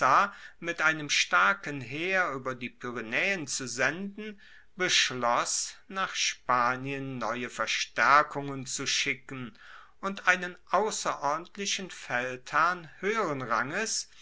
mit einem starken heer ueber die pyrenaeen zu senden beschloss nach spanien neue verstaerkungen zu schicken und einen ausserordentlichen feldherrn hoeheren ranges